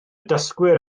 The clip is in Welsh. dysgwyr